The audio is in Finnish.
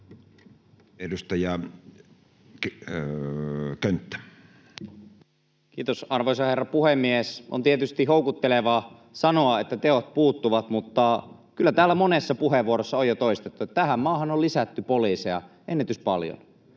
Edustaja Könttä. kiitos, arvoisa herra puhemies! On tietysti houkuttelevaa sanoa, että teot puuttuvat, mutta kyllä täällä monessa puheenvuorossa on jo toistettu, että tähän maahan on lisätty poliiseja ennätyspaljon.